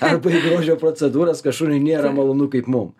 arba į grožio procedūras kas šuniui nėra malonu kaip mum